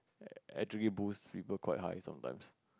actually boost people quite high sometimes